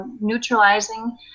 neutralizing